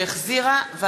נתקבלה.